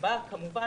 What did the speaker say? שהיא כמובן,